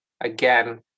again